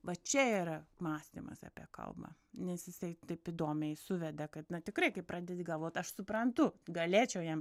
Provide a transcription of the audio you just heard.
va čia yra mąstymas apie kalbą nes jisai taip įdomiai suvedė kad tikrai kai pradedi galvot aš suprantu galėčiau jam